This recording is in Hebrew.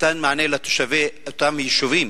מתן מענה לתושבי אותם יישובים